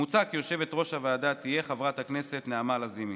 מוצע כי יושבת-ראש הוועדה תהיה חברת הכנסת נעמה לזימי.